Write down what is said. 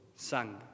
sang